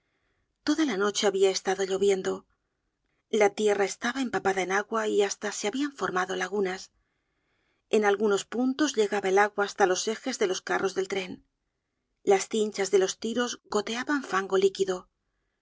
toda la noche habia estado lloviendo la tierra estaba empapada en agua y hasta se habían formado lagunas en algunos puntos llegaba el agua hasta los ejes de los carros del tren las cinchas de los tiros goteaban fango líquido